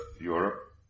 Europe